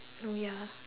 oh ya